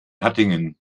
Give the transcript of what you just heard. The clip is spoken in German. hattingen